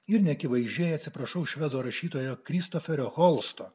ir neakivaizdžiai atsiprašau švedų rašytojo kristoferio holsto